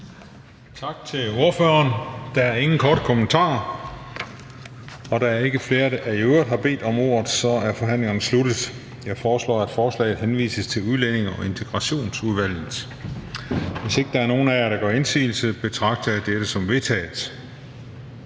forslagsstillerne. Der er ingen korte bemærkninger. Da der ikke er flere, der har bedt om ordet, er forhandlingerne sluttet. Jeg foreslår, at forslaget henvises til Udlændinge- og Integrationsudvalget. Hvis ikke der er nogen af jer, der gør indsigelse, betragter jeg dette som vedtaget.